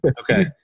Okay